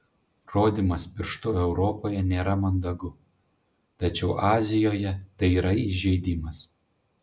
rodymas pirštu europoje nėra mandagu tačiau azijoje tai yra įžeidimas